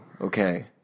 okay